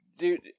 Dude